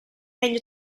negli